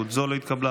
התקבלה.